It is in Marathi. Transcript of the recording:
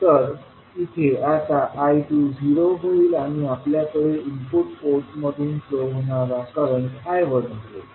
तर इथे आता I2 झिरो होईल आणि आपल्याकडे इनपुट पोर्ट मधून फ्लो होणारा करंट I1 असेल